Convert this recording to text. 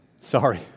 Sorry